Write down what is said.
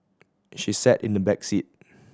she sat in the back seat